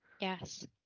Yes